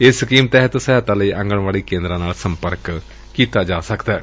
ਇਸ ਸਕੀਮ ਤਹਿਤ ਸਹਾਇਤਾ ਲਈ ਆਂਗਣਵਾਤੀ ਕੇਂਦਰਾਂ ਨਾਲ ਸੰਪਰਕ ਕੀਤਾ ਜਾ ਸਕਦੈ